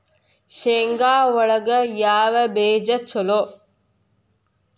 ಶೇಂಗಾ ಒಳಗ ಯಾವ ಬೇಜ ಛಲೋ?